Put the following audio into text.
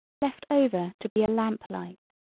left over to be a lamp light,